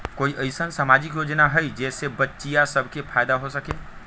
कोई अईसन सामाजिक योजना हई जे से बच्चियां सब के फायदा हो सके?